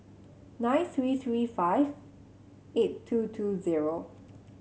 nine three three five eight two two zero